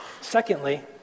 Secondly